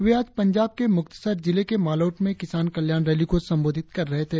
वे आज पंजाव में मुक्तसर जिले के मालौट में किसान कल्याण रैली को संबोधित कर रहे थे